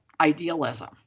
idealism